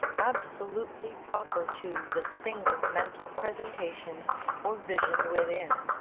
absolutely proper to the single mental presentation or vision within.